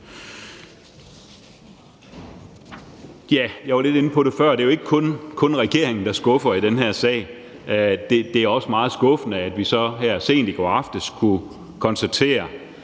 Jeg var lidt inde på det før. Det er jo ikke kun regeringen, der skuffer i den her sag. Det er også meget skuffende, at vi her sent i går aftes kunne konstatere,